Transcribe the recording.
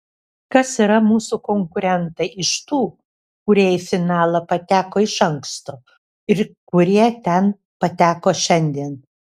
kas yra mūsų konkurentai iš tų kurie į finalą pateko iš anksto ir kurie ten pateko šiandien